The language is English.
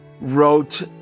...wrote